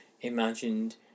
imagined